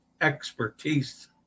expertise